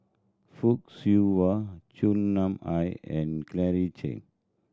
Fock Siew Wah Chua Nam Hai and Claire Chiang